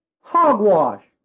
Hogwash